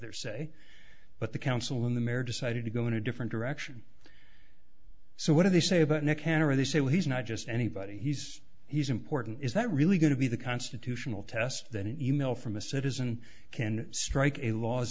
their say but the counsel in the marriage decided to go in a different direction so what do they say about nicanor they say he's not just anybody he's he's important is that really going to be the constitutional test that an email from a citizen can strike a laws